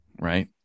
right